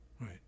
right